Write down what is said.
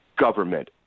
government